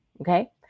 okay